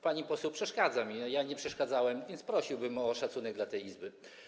Pani poseł przeszkadza mi, ja nie przeszkadzałem, więc prosiłbym o szacunek dla tej Izby.